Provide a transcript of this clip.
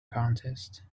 contest